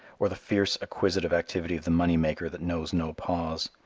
or the fierce acquisitive activity of the money-maker that knows no pause.